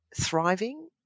thriving